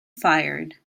fired